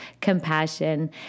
compassion